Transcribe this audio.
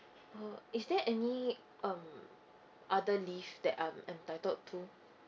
uh is there any um other leave that I'm entitled to